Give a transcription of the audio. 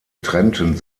trennten